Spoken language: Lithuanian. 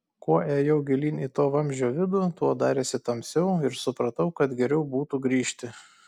kuo ėjau gilyn į to vamzdžio vidų tuo darėsi tamsiau ir supratau kad geriau būtų grįžti